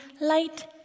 light